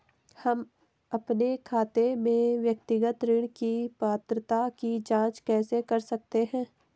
हम अपने खाते में व्यक्तिगत ऋण की पात्रता की जांच कैसे कर सकते हैं?